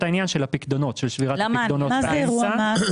העניין של שבירת הפיקדונות --- מה זה אירוע מס?